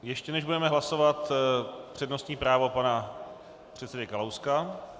Ještě než budeme hlasovat, přednostní právo pana předsedy Kalouska.